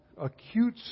acute